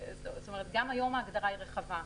גם היום ההגדרה היא רחבה.